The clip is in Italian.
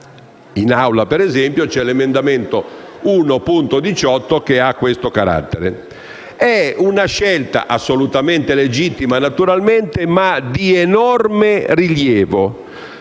in Aula, ad esempio, c'è l'emendamento 1.18 che ha questo carattere. È una scelta assolutamente legittima, e di enorme rilievo